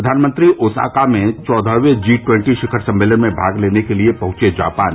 प्रधानमंत्री ओसाका में चौदहवें जी टवन्टी शिखर सम्मेलन में भाग लेने के लिए पहुंचें जापान